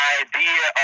idea